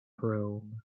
chrome